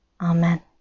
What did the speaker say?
Amen